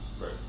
Right